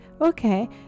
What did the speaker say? Okay